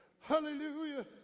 Hallelujah